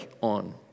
on